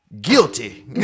Guilty